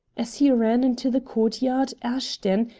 as he ran into the court-yard ashton,